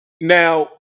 Now